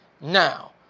Now